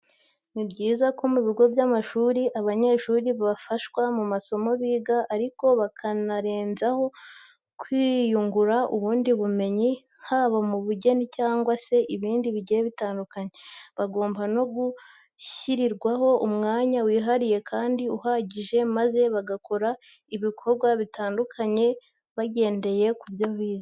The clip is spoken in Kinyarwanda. Ni byiza ko mu bigo by'amashuri abanyeshuri bafashwa mu masomo biga ariko bakanarenzaho kwiyungura ubundi bumenyi, haba mu bugeni cyangwa se ibindi bigiye bitandukanye. Bagomba no gushyirirwaho umwanya wihariye kandi uhagije, maze bagakora ibikorwa bitandukanye bagendeye ku byo bize.